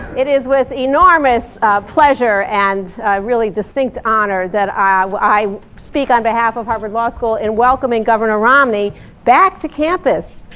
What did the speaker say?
it is with enormous pleasure and really distinct honor that i ah i speak on behalf of harvard law school in welcoming governor romney back to campus,